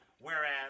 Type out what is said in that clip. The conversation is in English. Whereas